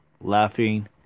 laughing